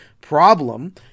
problem